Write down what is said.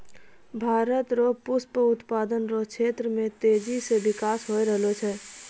भारत रो पुष्प उत्पादन रो क्षेत्र मे तेजी से बिकास होय रहलो छै